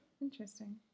Interesting